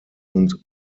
und